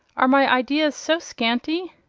are my ideas so scanty?